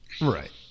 Right